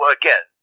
again